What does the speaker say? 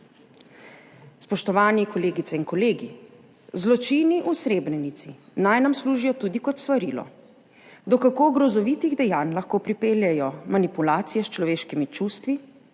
Spoštovani kolegice in kolegi! Zločini v Srebrenici naj nam služijo tudi kot svarilo, do kako grozovitih dejanj lahko pripeljejo manipulacije s človeškimi čustvi,